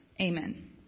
Amen